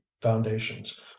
foundations